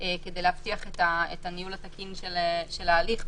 אני מקצין את הדברים מאוד.